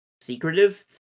secretive